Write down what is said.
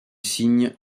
signe